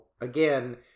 again